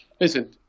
Listen